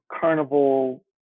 carnival